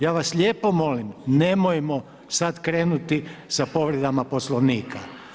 Ja vas lijepo molim, nemojmo sada krenuti sa povredama poslovnika.